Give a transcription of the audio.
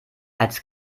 als